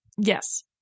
Yes